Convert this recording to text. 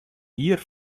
hier